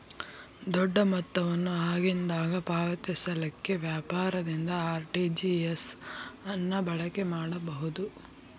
ದೊಡ್ಡ ಮೊತ್ತವನ್ನು ಆಗಿಂದಾಗ ಪಾವತಿಸಲಿಕ್ಕೆ ವ್ಯಾಪಾರದಿಂದ ಆರ್.ಟಿ.ಜಿ.ಎಸ್ ಅನ್ನ ಬಳಕೆ ಮಾಡಬಹುದು